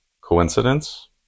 Coincidence